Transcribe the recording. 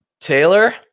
Taylor